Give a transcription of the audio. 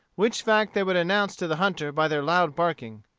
which fact they would announce to the hunter by their loud barking.